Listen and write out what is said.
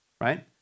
right